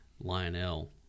Lionel